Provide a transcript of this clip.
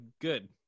good